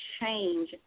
change